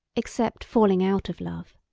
except falling out of love.